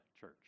church